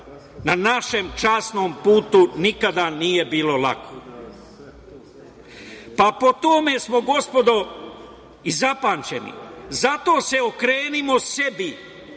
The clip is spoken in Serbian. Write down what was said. na našem časnom putu, nikada nije bilo lako. Pa, po tome smo, gospodo, zapamćeni. Zato se okrenimo sebi.